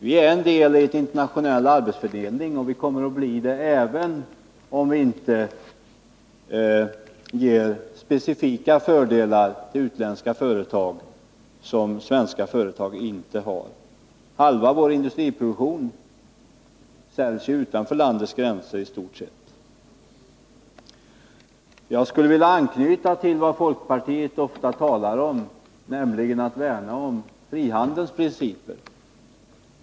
Vi är en del i en internationell arbetsfördelning, och vi kommer att vara det även om vi inte ger utländska företag specifika fördelar som svenska företag inte har. I stort sett halva vår industriproduktion säljs utanför landets gränser. Jag vill påminna om vad folkpartiet ofta talar om, nämligen att värna om frihandelns principer.